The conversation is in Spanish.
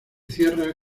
cierra